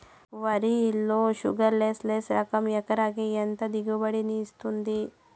వరి లో sugarless less రకం ఎకరాకి ఎంత దిగుబడినిస్తుంది